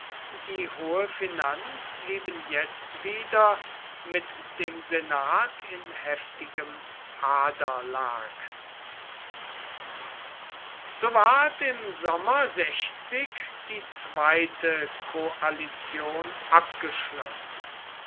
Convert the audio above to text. die hohe finanz eben jetzt wieder mit dem senat in heftigem hader lag so ward im sommer die zweite koalition abgeschlossen